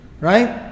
Right